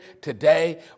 today